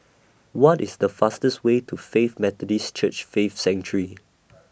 What IS The fastest Way to Faith Methodist Church Faith Sanctuary